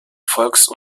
volks